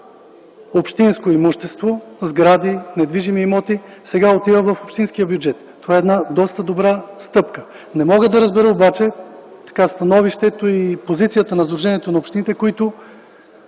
общинско имущество, сгради, недвижими имоти, сега отиват в общинския бюджет. Това е доста добра стъпка. Не мога да разбера обаче становището и позицията на Националното сдружение на общините, които